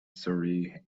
surrey